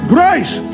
Grace